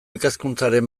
ikaskuntzaren